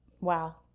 wow